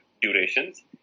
durations